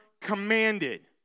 commanded